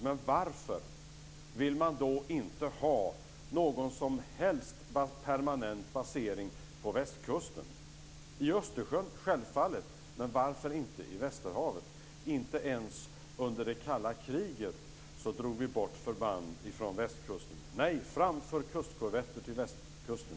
Men varför vill man då inte ha någon som helst permanent basering på Västkusten? I Östersjön, självfallet, men varför inte på västerhavet? Inte ens under det kalla kriget drog vi bort förband från Västkusten.